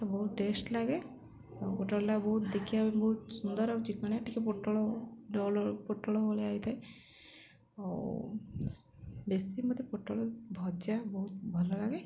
ବହୁତ ଟେଷ୍ଟ୍ ଲାଗେ ଆଉ ପୋଟଳଟା ବହୁତ ଦେଖିବା ପାଇଁ ବହୁତ ସୁନ୍ଦର ଆଉ ଚିକଣିଆ ଟିକେ ପୋଟଳ ପୋଟଳ ଭଳିଆ ହୋଇଥାଏ ଆଉ ବେଶୀ ମତେ ପୋଟଳ ଭଜା ବହୁତ ଭଲ ଲାଗେ